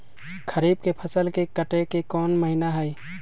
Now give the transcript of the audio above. खरीफ के फसल के कटे के कोंन महिना हई?